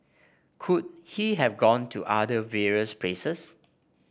could he have gone to other various places